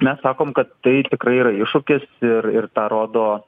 mes sakom kad tai tikrai yra iššūkis ir ir tą rodo